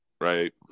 right